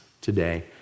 today